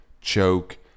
choke